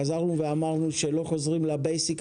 חזרנו ואמרנו שלא חוזרים לבייסיק.